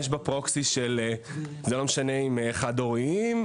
בפרוקסי של זה לא משנה אם חד הוריים,